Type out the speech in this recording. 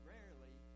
Rarely